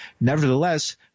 Nevertheless